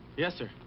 yes, sir.